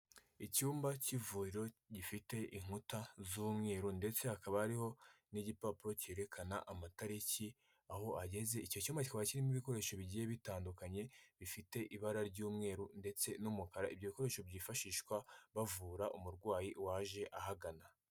Icyumba cy'ivuriro gifite inkuta z'umweru ndetse hakaba hariho n'igipapuro cyerekana amatariki aho ageze. Icyo cyumba kikaba kirimo ibikoresho bigiye bitandukanye bifite ibara ry'umweru ndetse n'umukara. Ibyo bikoresho byifashishwa bavura umurwayi waje ahagana.